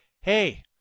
Hey